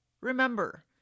remember